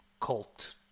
cult